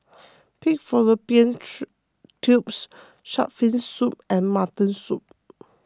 Pig Fallopian Tubes Shark's Fin Soup and Mutton Soup